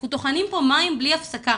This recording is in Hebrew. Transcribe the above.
אנחנו טוחנים פה מים בלי הפסקה.